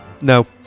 No